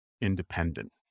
independent